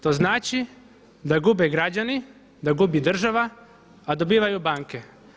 To znači da gube građani, da gubi država, a dobivaju banke.